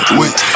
wait